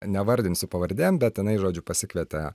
nevardinsiu pavardėm bet jinai žodžiu pasikvietė